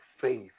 faith